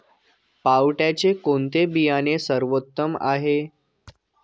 पावट्याचे कोणते बियाणे सर्वोत्तम आहे?